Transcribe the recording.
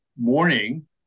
morning